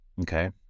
Okay